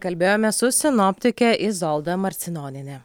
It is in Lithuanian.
kalbėjomės su sinoptike izolda marcinoniene